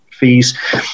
fees